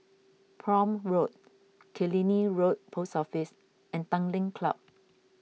Prome Road Killiney Road Post Office and Tanglin Club